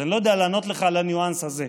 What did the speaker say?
אז אני לא יודע לענות לך על הניואנס הזה.